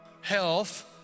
health